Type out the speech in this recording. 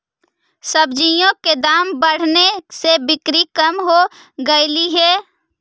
सब्जियों के दाम बढ़ने से बिक्री कम हो गईले हई